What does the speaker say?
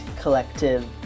collective